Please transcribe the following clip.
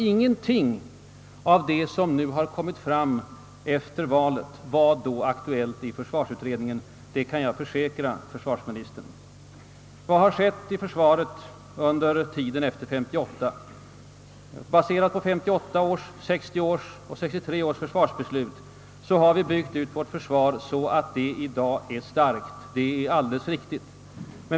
Ingenting av det som nu har förts fram efter valet har tidigare varit aktuellt i försvarsutredningen, det kan jag försäkra försvarsministern. Vad har skett inom försvaret under tiden efter år 1958? På grundval av 1958 års, 1960 års och 1963 års försvarsbeslut har vi byggt ut vårt försvar så att det i dag är starkt, det är alldeles riktigt.